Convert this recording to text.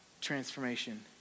transformation